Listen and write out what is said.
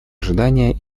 ожидания